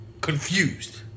confused